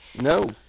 no